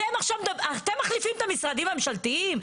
אתם מחליפים את המשרדים הממשלתיים?